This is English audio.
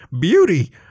beauty